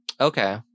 Okay